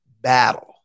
battle